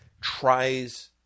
tries